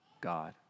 God